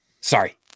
sorry